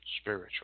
spiritual